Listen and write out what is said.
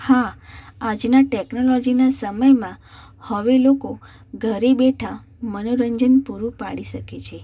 હા આજના ટેક્નોલોજીના સમયમાં હવે લોકો ઘરે બેઠા મનોરંજન પૂરું પાડી શકે છે